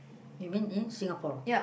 even in Singapore